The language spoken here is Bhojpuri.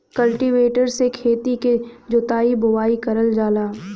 कल्टीवेटर से खेती क जोताई बोवाई करल जाला